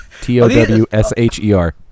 t-o-w-s-h-e-r